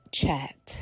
chat